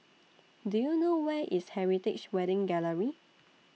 Do YOU know Where IS Heritage Wedding Gallery